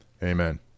Amen